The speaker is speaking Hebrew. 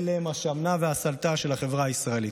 אלה הם השמנה והסלתה של החברה הישראלית,